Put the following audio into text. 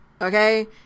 Okay